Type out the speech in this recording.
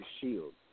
Shield